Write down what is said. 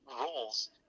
roles